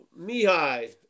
Mihai